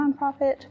nonprofit